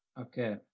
Okay